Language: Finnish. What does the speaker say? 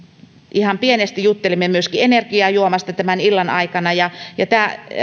ihan pienesti juttelimme myöskin energiajuomasta tämän illan aikana tämä